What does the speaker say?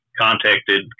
contacted